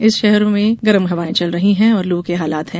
इन शहरों में गर्म हवाएं चल रही है और लू के हालात हैं